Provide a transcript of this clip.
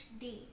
day